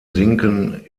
sinken